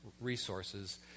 resources